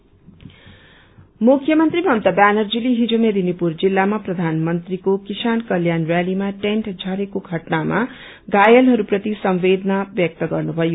grief मुख्यमन्त्री ममता व्यानर्जीले हिज मेदिनीपुर जिल्लामा प्रधानमन्त्रीको किसान कल्याण रयालीमा टेन्ट झरेको घटनामा घायलहरू प्रति संवदेना व्यक्त गर्नुभयो